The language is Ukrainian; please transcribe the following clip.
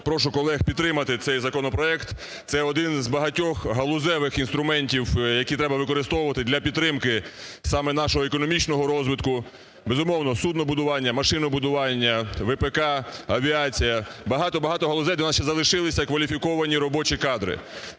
прошу колег підтримати цей законопроект – це один із багатьох галузевих інструментів, які треба використовувати для підтримки саме нашого економічного розвитку. Безумовно, суднобудування, машинобудування, ВПК, авіація, багато-багато галузей, де у нас ще залишилися кваліфіковані робочі кадри,